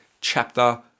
chapter